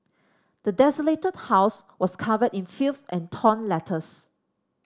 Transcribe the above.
the desolated house was covered in filth and torn letters